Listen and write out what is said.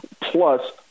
plus